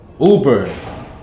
Uber